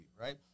right